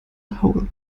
whole